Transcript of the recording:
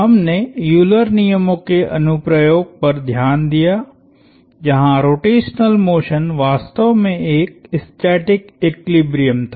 हमने यूलर नियमों के अनुप्रयोग पर ध्यान दिया जहां रोटेशनल मोशन वास्तव में एक स्टैटिक इक्वीलिब्रियम था